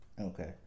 Okay